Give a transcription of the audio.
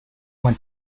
went